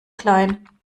klein